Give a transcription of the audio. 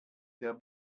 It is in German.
der